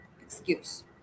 excuse